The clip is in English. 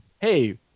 Hey